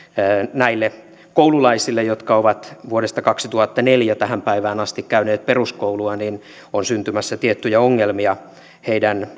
näille koululaisille jotka ovat vuodesta kaksituhattaneljä tähän päivään asti käyneet peruskoulua on syntymässä tiettyjä ongelmia heidän